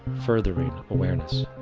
furthering awareness.